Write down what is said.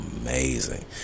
amazing